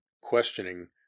questioning